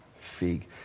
fig